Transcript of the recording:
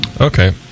Okay